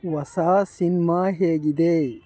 ಹೊಸ ಸಿನೆಮಾ ಹೇಗಿದೆ